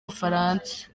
bufaransa